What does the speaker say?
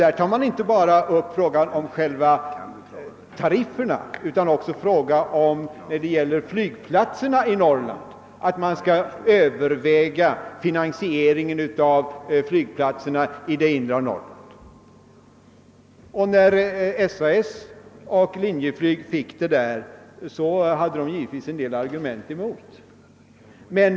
De tar inte heller bara upp själva tarifferna utan också frågan om att finansieringen av flygplatserna i det inre av Norrland skall övervägas. När SAS och Linjeflyg fick reda på detta anförde de givetvis en del argument mot denna tanke.